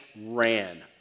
ran